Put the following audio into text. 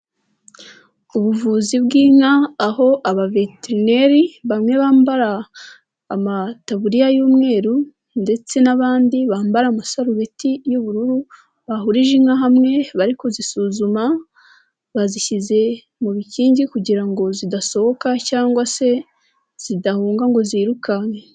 Ubuvuzi bw'inka aho abaveterineri bamwe bambara amataburiya y'umweru ndetse n'abandi bambara amasarubeti y'ubururu bahurije inka hamwe bari kuzisuzuma bazishyize mu bikingi kugira ngo zidasohoka cyangwa se zidahunga ngo zirukanke.